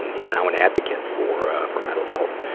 he's now an advocate for, ah, for mental health.